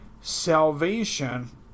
salvation